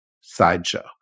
sideshow